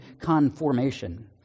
conformation